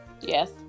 Yes